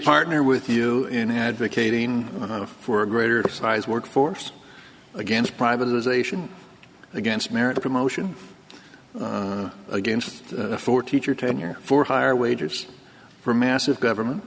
partner with you in advocating for greater size work force against privatization against marriage promotion against for teacher tenure for higher wages for massive government